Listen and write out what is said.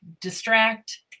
distract